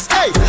Hey